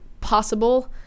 possible